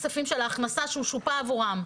מתוך הכספים של ההכנסה שהוא שופה עבורם?